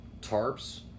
tarps